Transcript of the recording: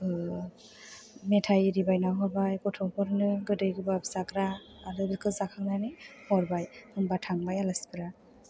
मेथाइ आरि बायना हरबाय गथ'फोरनो गोदै गोबाब जाग्रा आरो बेखौ जाखांनानै हरबाय होनबा थांबाय आलासिफोरा